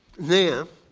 there